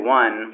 one